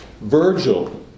Virgil